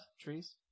Trees